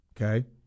Okay